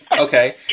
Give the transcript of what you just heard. okay